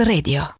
Radio